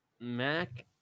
Mac